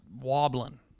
wobbling